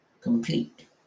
complete